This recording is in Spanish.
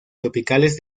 tropicales